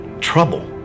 trouble